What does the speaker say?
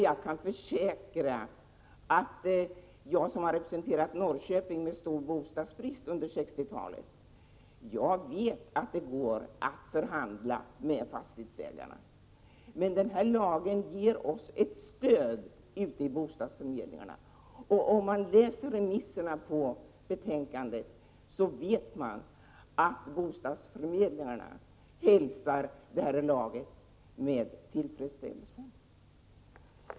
Jag kan försäkra att jag, som har representerat Norrköping där bostadsbristen var stor under 60-talet, vet att det går att förhandla med fastighetsägarna. Men den här lagen ger oss ett stöd ute i bostadsförmedlingarna. Om man har läst remissvaren vet man att bostadsförmedlingarna hälsar den här lagen med tillfredsställelse.